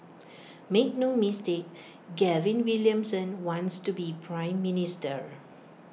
make no mistake Gavin Williamson wants to be Prime Minister